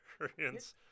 experience